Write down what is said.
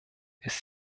ist